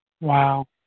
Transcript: Wow